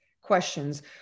questions